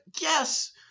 yes